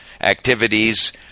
activities